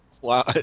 Wow